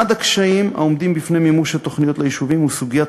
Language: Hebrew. אחד הקשיים העומדים בפני מימוש התוכניות ליישובים הוא סוגיית